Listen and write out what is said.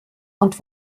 und